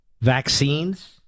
vaccines